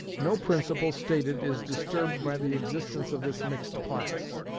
no principle stated is disturbed by the existence of this mixed class.